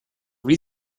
wie